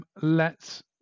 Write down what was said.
lets